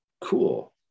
cool